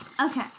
Okay